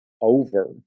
Over